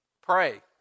Pray